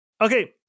Okay